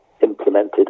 implemented